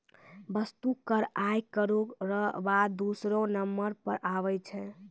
वस्तु कर आय करौ र बाद दूसरौ नंबर पर आबै छै